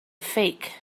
fake